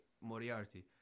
Moriarty